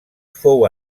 fou